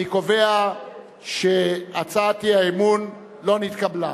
אני קובע שהצעת אי-האמון לא נתקבלה.